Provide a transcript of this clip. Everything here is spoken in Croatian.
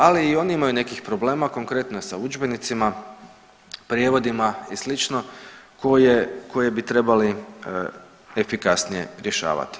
Ali i oni imaju nekih problema, konkretno je sa udžbenicima, prijevodima i sl. koje bi trebali efikasnije rješavati.